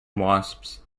wasps